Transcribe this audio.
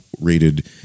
rated